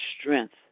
strength